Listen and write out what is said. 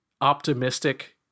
optimistic